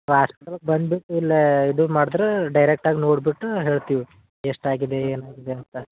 ಹಾಸ್ಪಿಟಲ್ಗೆ ಬಂದು ಇಲ್ಲೆ ಇದು ಮಾಡಿದ್ರೆ ಡೈರೆಕ್ಟ್ ಆಗಿ ನೋಡಿಬಿಟ್ಟು ಹೇಳ್ತಿವಿ ಎಷ್ಟು ಆಗಿದೆ ಏನು ಆಗಿದೆ ಅಂತ